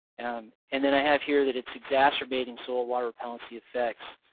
and and then i have here that it's exacerbating soil water repellency affects.